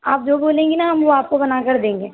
आप जो बोलेंगी न हम वो आपको बनाकर देंगे